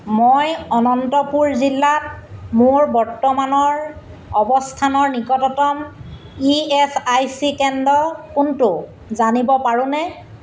মই অনন্তপুৰ জিলাত মোৰ বৰ্তমানৰ অৱস্থানৰ নিকটতম ইএচআইচি কেন্দ্ৰ কোনটো জানিব পাৰোঁনে